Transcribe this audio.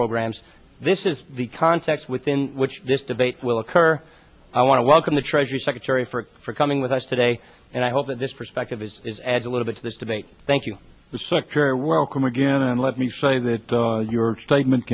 programs this is the context within which this debate will occur i want to welcome the treasury secretary for coming with us today and i hope that this perspective is add a little bit to this debate thank you the secure welcome again and let me say that your statement